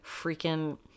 freaking